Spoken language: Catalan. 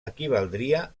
equivaldria